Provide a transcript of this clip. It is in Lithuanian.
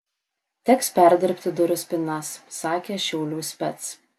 teks perdirbti durų spynas sakė šiaulių spec